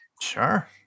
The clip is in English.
Sure